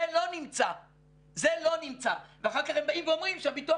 זה לא נמצא ואחר כך הם באים ואומרים שהביטוח